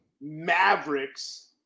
Mavericks